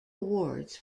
awards